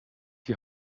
die